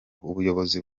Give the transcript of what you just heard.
ubuyobozi